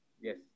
Yes